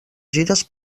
gires